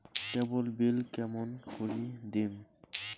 কেবল bill কেমন করি দিম?